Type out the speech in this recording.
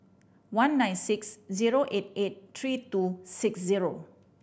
one nine six zero eight eight three two six zero